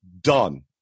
done